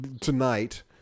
tonight